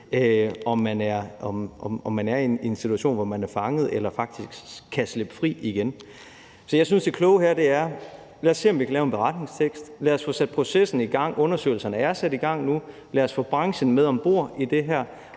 om man er i en situation, hvor man er fanget eller faktisk kan slippe fri igen. Så jeg synes, det kloge her er: Lad os se, om vi kan lave en beretningstekst; lad os få sat processen i gang – undersøgelserne er sat i gang nu – lad os få branchen med om bord i det her,